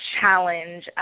challenge